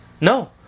No